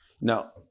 Now